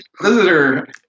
visitor